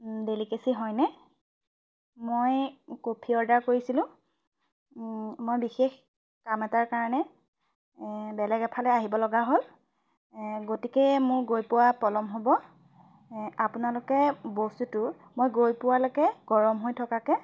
দেলিকেচি হয়নে মই coffee order কৰিছিলোঁ মই বিশেষ কাম এটাৰ কাৰণে বেলেগ এফালে আহিবলগা হ'ল গতিকে মোৰ গৈ পোৱা পলম হ'ব আপোনালোকে বস্তুটো মই গৈ পোৱালৈকে গৰম হৈ থকাকৈ